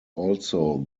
also